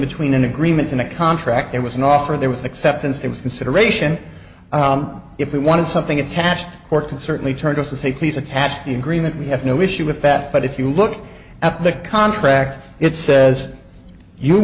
between an agreement and a contract there was an offer there was acceptance it was consideration if we wanted something attached or can certainly turn to say please attach the agreement we have no issue with that but if you look at the contract it says you